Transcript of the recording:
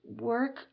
work